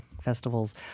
festivals